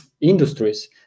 industries